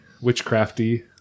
witchcrafty